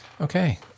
Okay